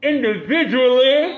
Individually